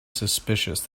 suspicious